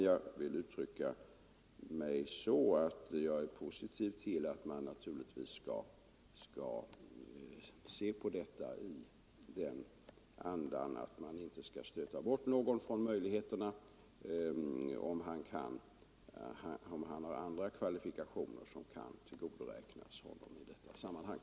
Jag är naturligtvis positiv till att detta skall ses i den andan att ingen skall stötas bort från möjligheterna om han har andra kvalifikationer som kan tillgodoräknas honom i detta sammanhang.